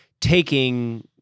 Taking